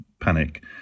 panic